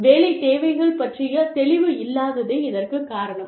வேலை தேவைகள் பற்றிய தெளிவு இல்லாததே இதற்குக் காரணம்